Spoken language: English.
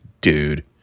dude